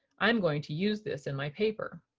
i'm going to use this in my paper.